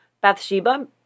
Bathsheba